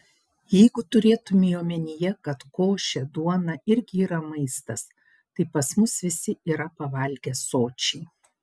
jeigu turėtumei omenyje kad košė duona irgi yra maistas tai pas mus visi yra pavalgę sočiai